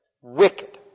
wicked